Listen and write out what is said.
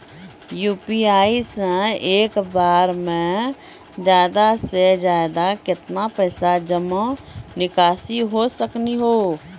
UPI से एक बार मे ज्यादा से ज्यादा केतना पैसा जमा निकासी हो सकनी हो?